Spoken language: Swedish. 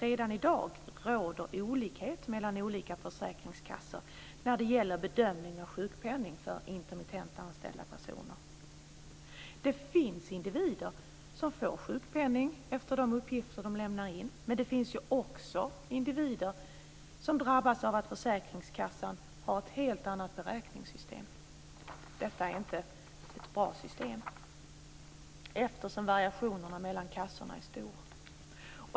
Redan i dag råder olikheter mellan olika försäkringskassor när det gäller bedömning av sjukpenning för intermittent anställda personer. Det finns individer som får sjukpenning efter de uppgifter som de lämnar in, men det finns också individer som drabbas av att försäkringskassan har ett helt annat beräkningssystem. Detta är inte ett bra system, variationerna mellan kassorna är stora.